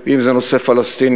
ואם זה נושא פלסטיני,